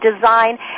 design